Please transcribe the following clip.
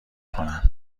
کنن